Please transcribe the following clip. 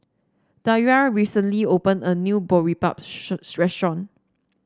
Daria recently opened a new Boribap restaurant